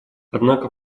однако